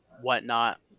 whatnot